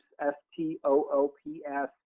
S-T-O-O-P-S